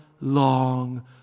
long